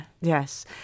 Yes